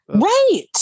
Right